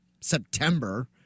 September